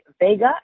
Vega